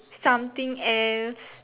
something else